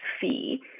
fee